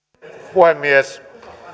puhemies